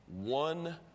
One